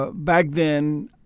ah back then,